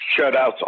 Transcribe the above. shutouts